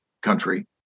country